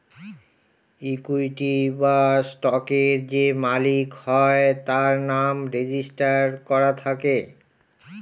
equity বা স্টকের যে মালিক হয় তার নাম রেজিস্টার করা থাকে